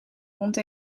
rond